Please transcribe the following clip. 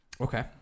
Okay